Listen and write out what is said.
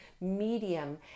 medium